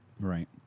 Right